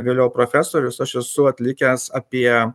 vėliau profesorius aš esu atlikęs apie